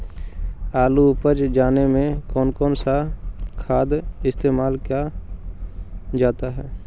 आलू उप जाने में कौन कौन सा खाद इस्तेमाल क्या जाता है?